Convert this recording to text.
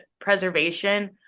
preservation